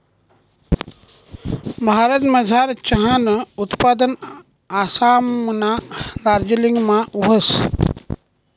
भारतमझार चहानं उत्पादन आसामना दार्जिलिंगमा व्हस